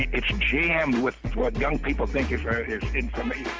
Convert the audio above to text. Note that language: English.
it's jammed with what young people think is